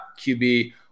QB